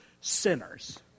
sinners